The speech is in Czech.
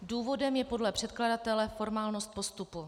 Důvodem je podle předkladatele formálnost postupu.